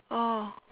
oh